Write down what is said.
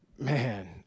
Man